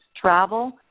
travel